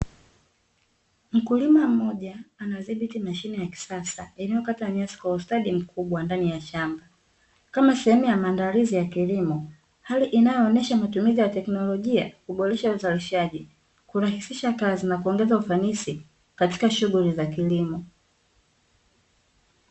Mkulima mmoja anadhibiti mashine ya kisasa inayokata nyasi kwa ustadi mkubwa ndani ya shamba, kama sehemu ya maandalizi ya kilimo, hali inayoonyesha matumizi ya teknolojia kuboresha uzalishaji, kurahisisha kazi nakuongeza ufanisi katika shughuli za kilimo.